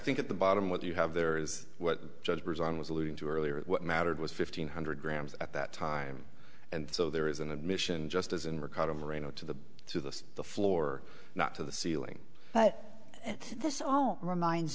think at the bottom what you have there is just was i was alluding to earlier what mattered was fifteen hundred grams at that time and so there is an admission just as in recovery mode to the to the sea floor not to the ceiling but this all reminds